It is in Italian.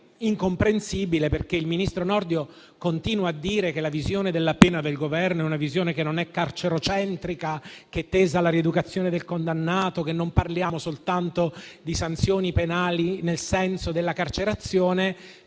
incomprensibile perché il ministro Nordio continua a dire che la visione della pena del Governo non è carcerocentrica ma, è tesa alla rieducazione del condannato, e non parliamo soltanto di sanzioni penali nel senso della carcerazione.